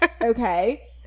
okay